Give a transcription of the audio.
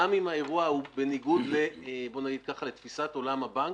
גם אם האירוע הוא בניגוד לתפיסת עולם הבנק,